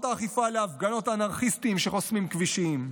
האכיפה להפגנות האנרכיסטים שחוסמים כבישים,